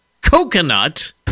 coconut